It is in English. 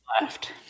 Left